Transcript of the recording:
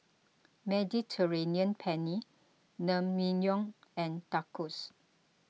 Mediterranean Penne Naengmyeon and Tacos